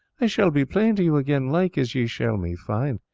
i shall be plain to you again, like as ye shall me find.